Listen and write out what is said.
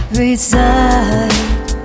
reside